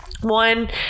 one